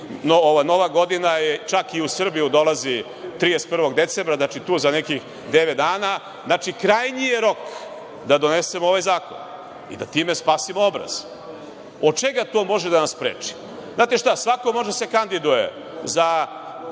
Nova godina čak i u Srbiju dolazi 31. decembra, znači za nekih devet dana, krajnji je rok da donesemo ovaj zakon i da time spasimo obraz. Od čega to može da nas spreči? Znate šta, svako može da se kandiduje za